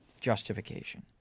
justification